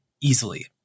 easily